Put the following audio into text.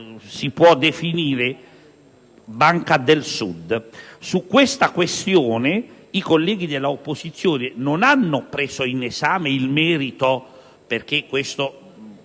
si può definire Banca del Sud. Su tale questione i colleghi dell'opposizione non hanno preso in esame il merito (questo